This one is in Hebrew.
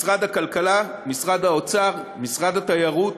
משרד הכלכלה והתעשייה, משרד האוצר, משרד התיירות,